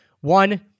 One